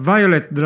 Violet